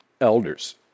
elders